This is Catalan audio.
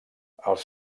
els